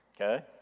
Okay